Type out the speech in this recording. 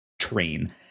train